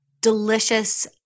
delicious